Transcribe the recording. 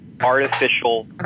artificial